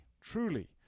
truly